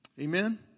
Amen